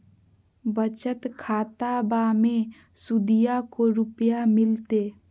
बचत खाताबा मे सुदीया को रूपया मिलते?